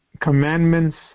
commandments